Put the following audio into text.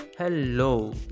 Hello